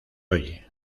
oye